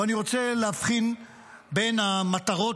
אני רוצה להבחין בין המטרות,